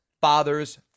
father's